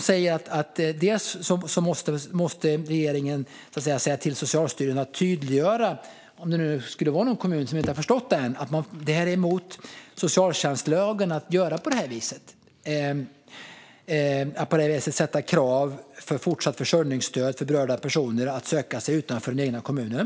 Statskontoret säger att regeringen måste säga till Socialstyrelsen att tydliggöra - om det nu skulle vara någon kommun som inte har förstått det ännu - att det är emot socialtjänstlagen att göra på det här viset och att ställa som krav för fortsatt försörjningsstöd för berörda personer att de ska söka sig utanför den egna kommunen.